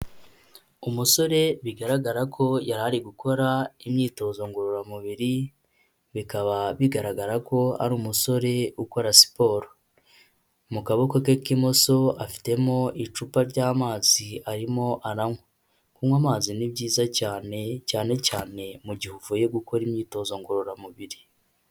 Umusore bigaragara ko yari ari gukora imyitozo ngororamubiri bikaba bigaragara ko ari umusore ukora siporo, mu kaboko ke k'imoso afitemo icupa ry'amazi arimo aranywa, kunywa amazi ni byiza cyane, cyanecyane mu gihe uvuye gukora imyitozo ngororamubiri.